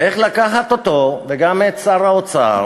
צריך לקחת אותו, וגם את שר האוצר